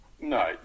No